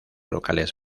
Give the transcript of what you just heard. locales